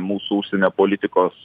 mūsų užsienio politikos